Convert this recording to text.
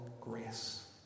grace